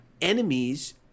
enemies